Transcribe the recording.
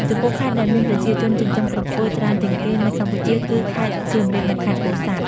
ចំពោះខេត្តដែលមានប្រជាជនចិញ្ចឹមក្រពើច្រើនជាងគេនៅកម្ពុជាគឺ ខេត្តសៀមរាប និង ខេត្តពោធិ៍សាត់។